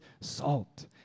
salt